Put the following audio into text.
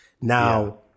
Now